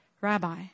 Rabbi